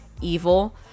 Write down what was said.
evil